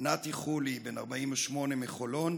נתי חולי, בן 48 מחולון,